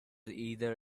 either